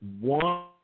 One